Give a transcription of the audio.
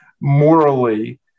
morally